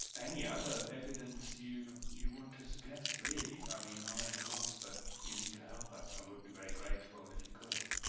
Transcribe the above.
any other evidence you you want to suggest, really. i mean, i'm at a loss but you need to help us. i would be very grateful if you could.